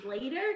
later